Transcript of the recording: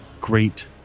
great